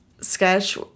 sketch